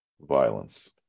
violence